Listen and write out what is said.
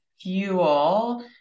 fuel